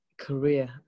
career